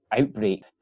outbreak